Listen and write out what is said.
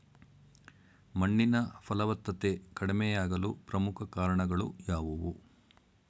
ಮಣ್ಣಿನ ಫಲವತ್ತತೆ ಕಡಿಮೆಯಾಗಲು ಪ್ರಮುಖ ಕಾರಣಗಳು ಯಾವುವು?